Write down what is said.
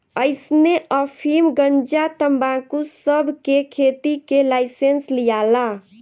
अइसने अफीम, गंजा, तंबाकू सब के खेती के लाइसेंस लियाला